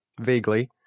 vaguely